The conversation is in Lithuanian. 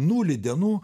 nulį dienų